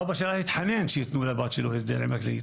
אבא שלה התחנן שיתנו לבת שלו הסדר עם הכללית.